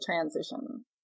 transition